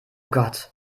gott